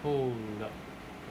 oh yup